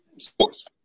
sports